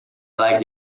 like